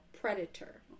predator